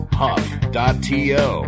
huff.to